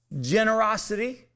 generosity